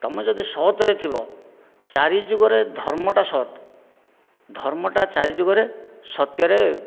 ତୁମେ ଯଦି ସତରେ ଥିବା ଚାରି ଯୁଗରେ ଧର୍ମଟା ସତ ଧର୍ମଟା ଚାରି ଯୁଗରେ ସତ୍ୟରେ